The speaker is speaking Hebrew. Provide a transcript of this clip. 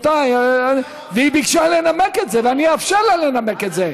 היא ביקשה לנמק את זה, ואני אאפשר לה לנמק את זה.